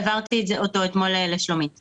העברתי אותו אתמול לשלומית ארליך.